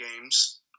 games